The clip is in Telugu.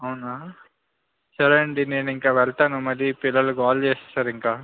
అవునా సరేండి నేను ఇంక వెళ్తాను మళ్ళీ పిల్లలు గోల చేస్తారు ఇంక